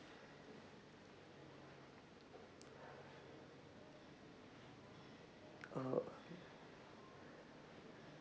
oh